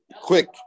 quick